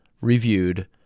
reviewed